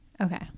Okay